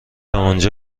آنجا